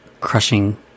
crushing